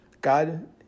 God